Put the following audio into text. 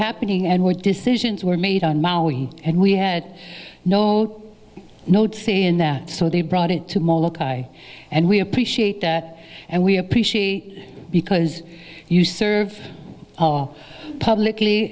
happening and were decisions were made on maui and we had no notes saying that so they brought it to molokai and we appreciate that and we appreciate because you serve all publicly